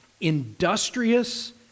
industrious